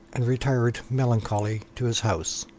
and retired melancholy to his house,